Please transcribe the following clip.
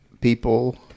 people